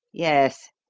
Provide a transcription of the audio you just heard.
yes.